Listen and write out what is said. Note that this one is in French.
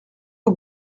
aux